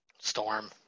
Storm